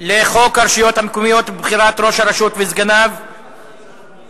להצעת חוק הרשויות המקומיות (בחירת ראש הרשות וסגניו וכהונתם)